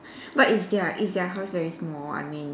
but is their is their house very small I mean